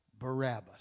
Barabbas